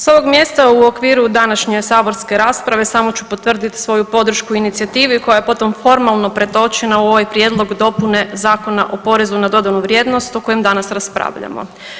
S ovog mjesta u okviru današnje saborske rasprave samo ću potvrditi svoju podršku inicijativi koja je potom formalno pretočena u ovaj Prijedlog dopune Zakona o porezu na dodanu vrijednost o kojem danas raspravljamo.